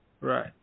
Right